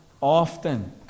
often